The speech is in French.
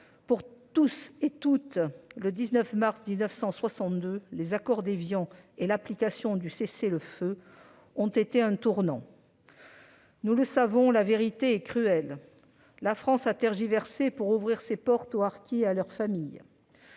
Pour toutes et tous, le 19 mars 1962, les accords d'Évian et l'application du cessez-le-feu ont été un tournant. Nous le savons : la vérité est cruelle. La France a tergiversé pour ouvrir ses portes aux harkis et à leurs familles.